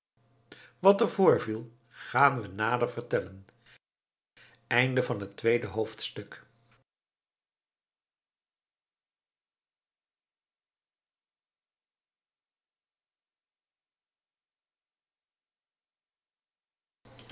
wat er voorviel gaan we nader vertellen